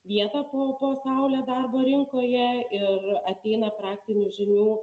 vietą po po saule darbo rinkoje ir ateina praktinių žinių